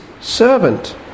servant